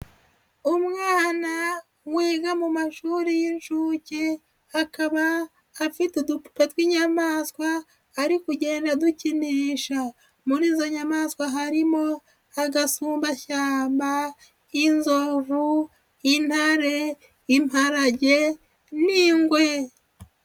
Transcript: Umwana wiga mu mashuri y'inshuke akaba afite udupupe tw'inyamaswa ari kugenda adukinisha, muri izo nyamaswa harimo agasumbashyamba, inzovu, intare, imparage n'ingwe.